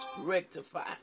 Rectify